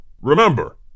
Remember